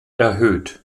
erhöht